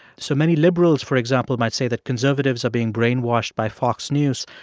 so many liberals, for example, might say that conservatives are being brainwashed by fox news.